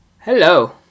Hello